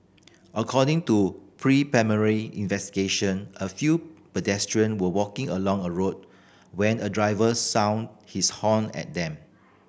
according to preliminary investigation a few pedestrian were walking along a road when a driver sounded his horn at them